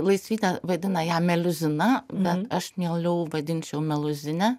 laisvydė vadina ją meliuzina bet aš mieliau vadinčiau meluzine